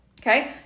Okay